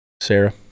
Sarah